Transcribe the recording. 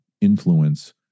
influence